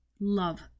love